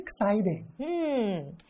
exciting